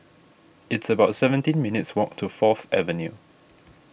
it's about seventeen minutes' walk to Fourth Avenue